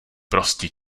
prostě